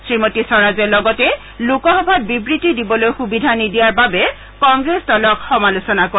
শ্ৰীমতী স্বৰাজে লগতে লোকসভাত বিবৃতি দিবলৈ সুবিধা নিদিয়াৰ বাবে কংগ্ৰেছ দলক সমালোচনা কৰে